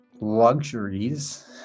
luxuries